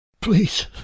Please